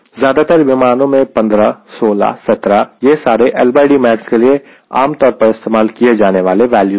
ज्यादातर विमानों में 15 16 17 यह सारे LDmax के लिए आमतौर पर इस्तेमाल किए जाने वाले वैल्यू है